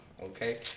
okay